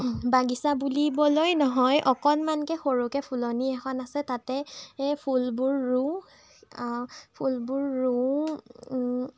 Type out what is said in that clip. বাগিচা বুলিবলৈ নহয় অকণমানকে সৰুকে ফুলনি এখন আছে তাতে এ ফুলবোৰ ৰুওঁ ফুলবোৰ ৰুওঁ